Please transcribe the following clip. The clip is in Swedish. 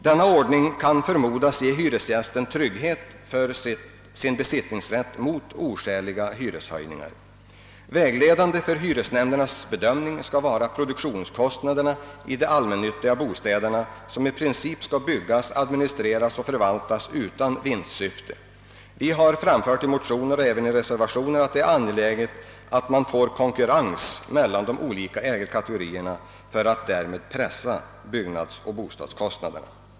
Denna ordning kan förmodas ge hyresgästen trygghet för besittningsrätten och skydd mot oskäliga hyreshöjningar. Vägledande för hyresnämndernas bedömning skall vara produktionskostnaderna i de allmännyttiga företagens bostäder som i princip skall byggas, administreras och förvaltas utan vinstsyfte. Vi har i såväl motioner som reservationer framhållit angelägenheten av att det blir en konkurrens mellan de olika ägarkategorierna, så att byggnadsoch boendekostnaderna kan pressas.